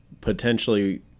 potentially